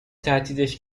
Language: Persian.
تهدیدش